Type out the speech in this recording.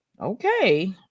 okay